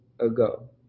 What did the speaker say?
ago